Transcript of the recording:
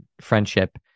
friendship